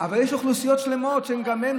אבל יש אוכלוסיות שלמות שגם הן,